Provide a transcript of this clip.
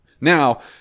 Now